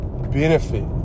benefit